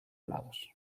lados